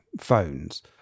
phones